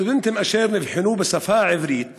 סטודנטים אשר נבחנו בשפה העברית